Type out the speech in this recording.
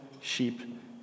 sheep